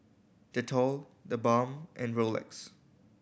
Dettol TheBalm and Rolex